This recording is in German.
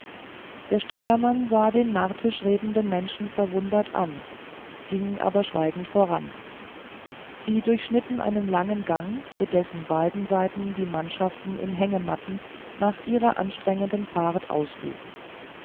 der steuermann sah den martisch redenden menschen verwundert an ging aber schweigend voran sie durchschnitten einen schmalen gang zu dessen beiden seiten die mannschaften in hängematten nach ihrer anstrengenden fahrt ausruhten